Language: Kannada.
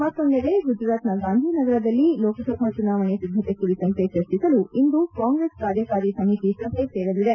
ಮತ್ತೊಂದೆಡೆ ಗುಜರಾತ್ನ ಗಾಂಧಿನಗರದಲ್ಲಿ ಲೋಕಸಭಾ ಚುನಾವಣೆ ಸಿದ್ದತೆ ಕುರಿತಂತೆ ಚರ್ಚಿಸಲು ಇಂದು ಕಾಂಗ್ರೆಸ್ ಕಾರ್ಯಕಾರಿ ಸಮಿತಿ ಸಭೆ ಸೇರಲಿದೆ